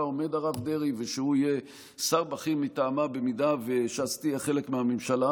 עומד הרב דרעי ושהוא יהיה שר בכיר מטעמה אם ש"ס תהיה חלק מהממשלה,